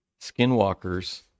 Skinwalkers